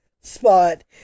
spot